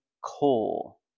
coal